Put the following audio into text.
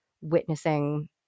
witnessing